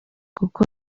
kuko